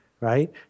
right